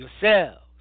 yourselves